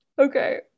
okay